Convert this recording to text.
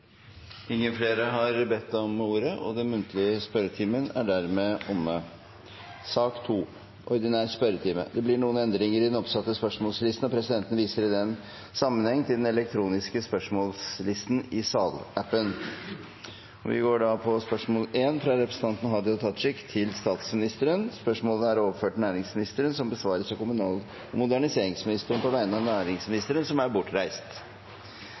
den muntlige spørretimen omme. Det blir noen endringer i den oppsatte spørsmålslisten, og presidenten viser i den sammenheng til den elektroniske spørsmålslisten i salappen. De foreslåtte endringene i dagens spørretime foreslås godkjent. – Det anses vedtatt. Endringene var som følger: Spørsmål 1, fra representanten Hadia Tajik til statsministeren, er overført til næringsministeren. Spørsmålet vil bli besvart av kommunal- og moderniseringsministeren på vegne av næringsministeren, som er bortreist.